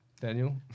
Daniel